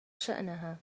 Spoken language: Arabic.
شأنها